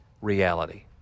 reality